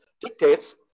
dictates